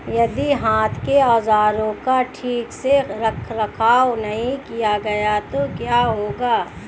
यदि हाथ के औजारों का ठीक से रखरखाव नहीं किया गया तो क्या होगा?